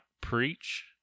preach